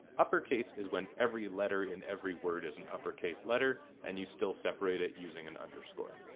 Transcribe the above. upper case is when every letter in every word is an upper case letter and you still separate it using an underscore.